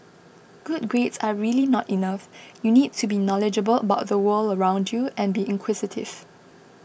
good grades are really not enough you need to be knowledgeable about the world around you and be inquisitive